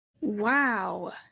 wow